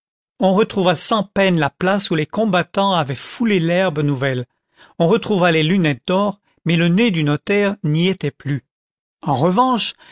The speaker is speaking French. or retrouva sans peine la place où les combattants avaient foulé l'herbe nouvelle on retrouva les lunettes d'or mais le nez du notaire n'y étai plus en revanche